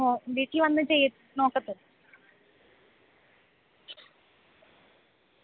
അതെ അല്ലേ ഇപ്പോൾ ഞാൻ പ്രത്യേകം അവനോട് ശ്രദ്ധിക്കാൻ പറഞ്ഞോളാം എനിക്കേ കാലിനൊക്കെ വേദന ആയത് കൊണ്ട് ഞാൻ അല്ല വന്നത് മോനാണ് വന്നത്